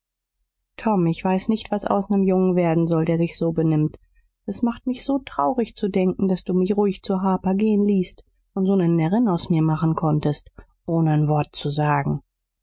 tom ich weiß nicht was aus nem jungen werden soll der sich so benimmt s macht mich so traurig zu denken daß du mich ruhig zur harper gehen ließt und so ne närrin aus mir machen konntest ohne n wort zu sagen